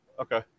Okay